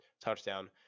touchdown